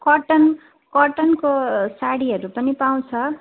cotton कटनको साडीहरू पनि पाउँछ